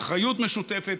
באחריות משותפת,